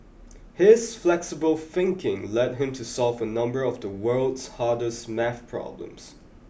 his flexible thinking led him to solve a number of the world's hardest math problems